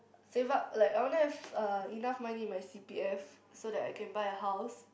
save up like I wanna have uh enough money in my C_P_F so that I can buy a house